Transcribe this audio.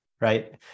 right